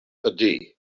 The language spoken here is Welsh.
ydy